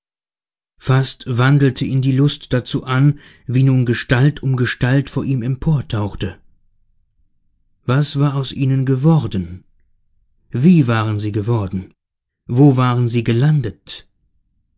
fast wandelte ihn die lust dazu an wie nun gestalt um gestalt vor ihm emportauchte was war aus ihnen geworden wie waren sie geworden wo waren sie gelandet